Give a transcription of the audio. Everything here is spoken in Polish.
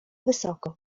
wysoko